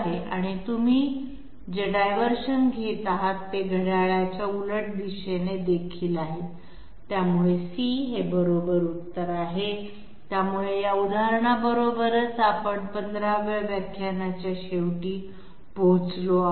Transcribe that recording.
आणि आणि तुम्ही जे डायव्हर्शन घेत आहात ते घड्याळाच्या उलट दिशेने देखील आहे त्यामुळे c बरोबर आहे त्यामुळे या उदाहरणा बरोबर आपण 15 व्या व्याख्यानाच्या शेवटी पोहोचलो आहे